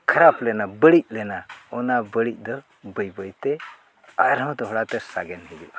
ᱠᱷᱟᱨᱟᱯ ᱞᱮᱱᱟ ᱵᱟᱹᱲᱤᱡ ᱞᱮᱱᱟ ᱚᱱᱟ ᱵᱟᱹᱲᱤᱡ ᱫᱚ ᱵᱟᱹᱭ ᱵᱟᱹᱭᱛᱮ ᱟᱨᱦᱚᱸ ᱫᱷᱚᱲᱟᱛᱮ ᱥᱟᱜᱮᱱ ᱦᱤᱡᱩᱜᱼᱟ